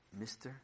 Mr